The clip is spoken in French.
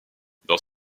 dans